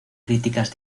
críticas